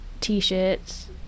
t-shirts